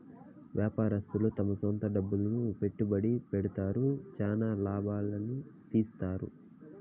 వ్యాపారస్తులు తమ సొంత డబ్బులు పెట్టుబడి పెడతారు, చానా లాభాల్ని తీత్తారు